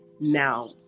Now